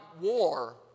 war